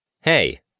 Hey